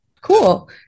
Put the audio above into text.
cool